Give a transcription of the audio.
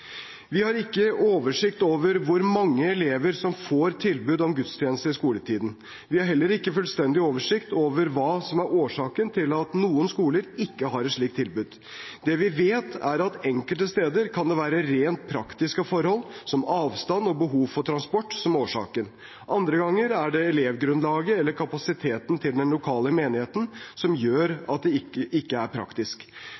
Vi har ikke oversikt over hvor mange elever som får tilbud om gudstjenester i skoletiden. Vi har heller ikke fullstendig oversikt over hva som er årsaken til at noen skoler ikke har et slikt tilbud. Det vi vet, er at enkelte steder kan det være rent praktiske forhold som avstand og behov for transport som er årsaken. Andre ganger er det elevgrunnlaget eller kapasiteten til den lokale menigheten som